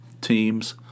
teams